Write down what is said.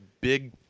big